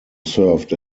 served